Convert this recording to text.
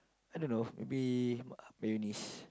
I don't know maybe mayonnaise